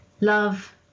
Love